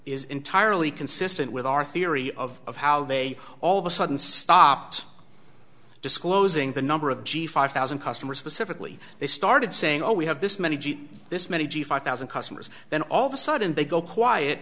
is entirely consistent with our theory of how they all of a sudden stopped disclosing the number of g five thousand customers specifically they started saying oh we have this many this many g five thousand customers then all of a sudden they go quiet